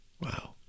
Wow